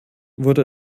wurde